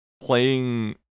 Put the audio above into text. playing